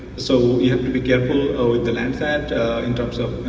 so you have to be careful over the landsat in terms of,